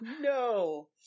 no